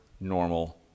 normal